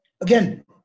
again